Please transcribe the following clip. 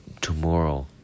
tomorrow